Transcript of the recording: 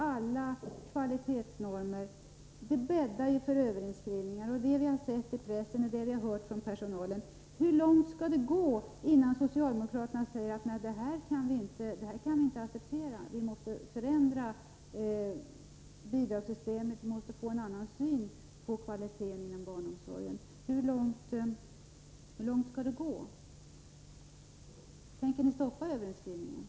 Ett sådant system bäddar för överinskrivningar. Detta har vi sett i pressen och hört från personalen. Hur långt skall det gå, innan socialdemokraterna säger att man inte kan acceptera detta, att man måste ändra bidragssystemet och få en annan syn på kvaliteten inom barnomsorgen? Tänker ni stoppa överinskrivningarna?